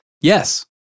Yes